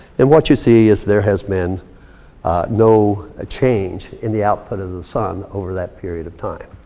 and what you see is there has been no ah change in the output of the sun over that period of time.